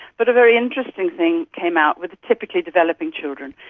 but a very interesting thing came out with the typically developing children,